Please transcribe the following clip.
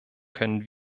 können